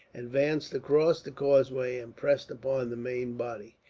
advanced across the causeway and pressed upon the main body.